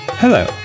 Hello